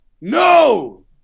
No